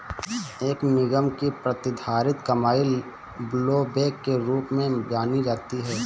एक निगम की प्रतिधारित कमाई ब्लोबैक के रूप में भी जानी जाती है